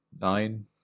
nine